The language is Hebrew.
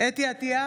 חוה אתי עטייה,